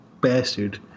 bastard